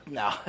no